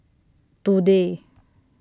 today